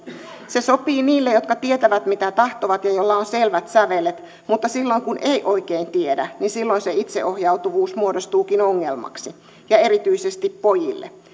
se sopii niille jotka tietävät mitä tahtovat ja joilla on selvät sävelet mutta silloin kun ei oikein tiedä se itseohjautuvuus muodostuukin ongelmaksi ja erityisesti pojille